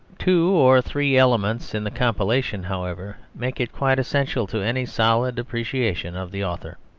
two or three elements in the compilation, however, make it quite essential to any solid appreciation of the author.